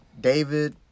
David